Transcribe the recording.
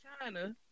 China